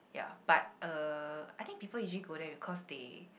ya but uh I think people usually go there because they